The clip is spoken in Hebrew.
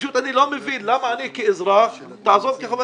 אני פשוט לא מבין למה אני כאזרח עזוב כחבר